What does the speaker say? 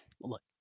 look